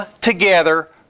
together